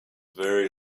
very